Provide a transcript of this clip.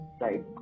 right